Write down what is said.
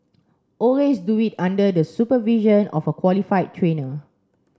always do it under the supervision of a qualified trainer